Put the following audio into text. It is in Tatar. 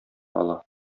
ала